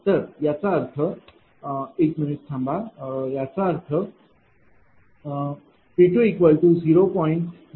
तर याचा अर्थ तर एक मिनिट थांबा याचा अर्थ P20